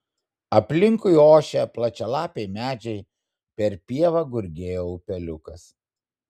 aplinkui ošė plačialapiai medžiai per pievą gurgėjo upeliukas